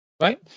Right